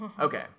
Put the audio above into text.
Okay